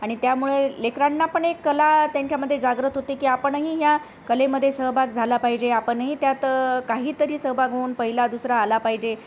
आणि त्यामुळे लेकरांना पण एक कला त्यांच्यामध्ये जागृत होते की आपणही ह्या कलेमध्ये सहभाग झाला पाहिजे आपण ही त्यात काहीतरी सहभाग होऊन पहिला दुसरा आला पाहिजे